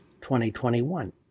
2021